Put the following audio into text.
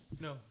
No